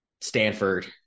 Stanford